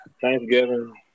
Thanksgiving